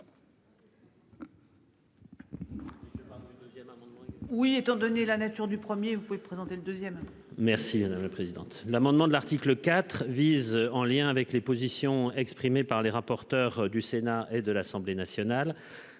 Oui, étant donné la nature du premier vous pouvez présenter le deuxième. Merci madame la présidente. L'amendement de l'article IV vise en lien avec les positions exprimées par les rapporteurs du Sénat et de l'Assemblée nationale.